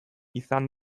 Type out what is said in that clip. izan